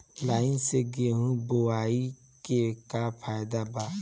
Line से गेहूं बोआई के का फायदा बा?